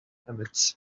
emits